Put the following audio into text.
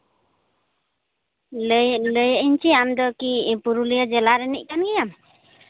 ᱞᱟᱹᱭᱮᱫ ᱞᱟᱹᱭᱮᱫ ᱤᱧ ᱪᱮᱫ ᱟᱢ ᱫᱚᱠᱤ ᱯᱩᱨᱩᱞᱤᱭᱟᱹ ᱡᱮᱞᱟ ᱨᱤᱱᱤᱡ ᱠᱟᱱ ᱜᱮᱭᱟᱢ